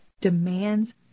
demands